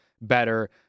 better